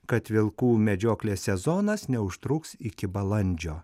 kad vilkų medžioklės sezonas neužtruks iki balandžio